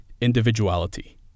individuality